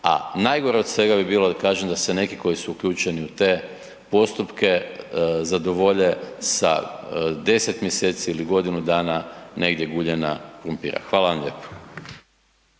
A najgore od svega bi bilo da kažem da se neki koji su uključeni u te postupke zadovolje sa 10 mjeseci ili godinu dana negdje guljenja krumpira. Hvala vam lijepa.